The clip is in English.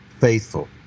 faithful